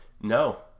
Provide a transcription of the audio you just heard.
No